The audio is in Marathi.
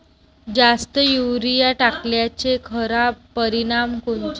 जास्त युरीया टाकल्याचे खराब परिनाम कोनचे?